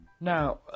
now